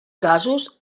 gasos